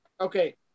Okay